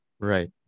Right